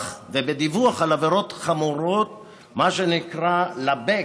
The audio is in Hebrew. על עבירות חמורות למה שנקרא ה-back,